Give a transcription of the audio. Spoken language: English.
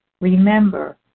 Remember